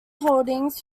holdings